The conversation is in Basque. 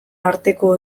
arteko